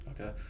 Okay